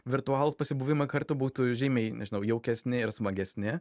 virtualūs pasibuvimai kartu būtų žymiai nežinau jaukesni ir smagesni